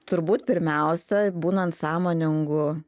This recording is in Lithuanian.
turbūt pirmiausia būnant sąmoningu